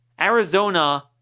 Arizona